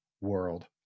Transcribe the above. world